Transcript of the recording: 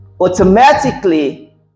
automatically